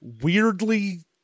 weirdly